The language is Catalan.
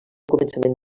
començament